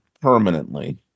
permanently